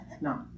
no